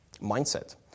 Mindset